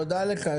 תודה לך.